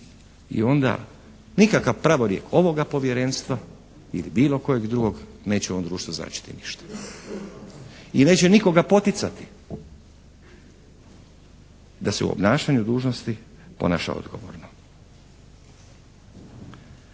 i onda nikakav pravorijek ovoga Povjerenstva ili bilo kojeg drugog neće ovom društvu značiti ništa. I neće nikoga poticati da se u obnašanju dužnosti ponaša odgovorno.